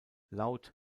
laut